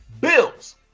Bills